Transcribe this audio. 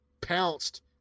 pounced